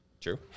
True